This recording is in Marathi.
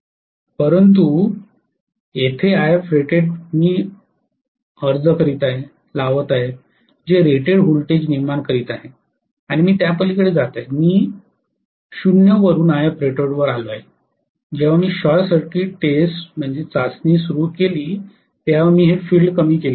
परंतु मी येथे If rated अर्ज करीत आहे जे रेटेड व्होल्टेज निर्माण करीत आहे आणि मी त्यापलीकडे जात आहे मी 0 वरुन Ifrated वर आलो आहे जेव्हा मी शॉर्ट सर्किट चाचणी सुरू केली तेव्हा मी हे फील्ड कमी केले आहे